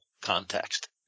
context